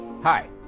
Hi